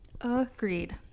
Agreed